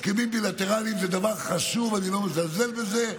הסכמים בילטרליים זה דבר חשוב, אני לא מזלזל בזה.